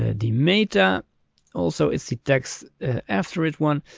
ah the meta also is the text after it one.